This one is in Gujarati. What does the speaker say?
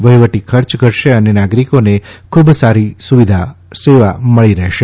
વહીવટી ખર્ચ ઘટશે અને નાગરીકોને ખૂબ સારી સેવા મળશે